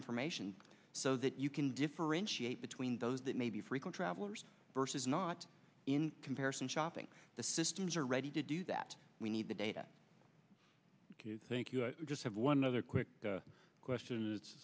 information so that you can differentiate between those that may be frequent travelers versus not in comparison shopping the systems are ready to do that we need the data thank you i just have one other quick question